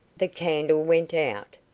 the candle went out.